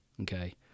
Okay